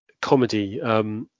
comedy